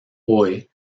hoy